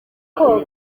ubwo